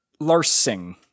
Larsing